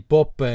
Pop